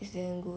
it's damn good